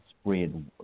spread